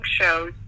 shows